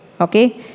Okay